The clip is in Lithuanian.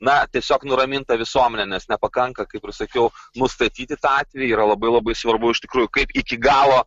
na tiesiog nuraminta visuomenė nes nepakanka kaip ir sakiau nustatyti tą atvejį yra labai labai svarbu iš tikrųjų kaip iki galo